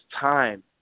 time